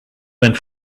went